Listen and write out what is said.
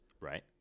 right